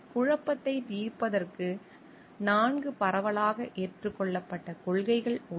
குழப்பத்தை தீர்ப்பதற்கு 4 பரவலாக ஏற்றுக்கொள்ளப்பட்ட கொள்கைகள் உள்ளன